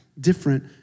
different